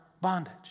bondage